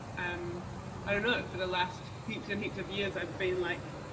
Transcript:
um i don't know it for the last heaps and heaps of years i've been like,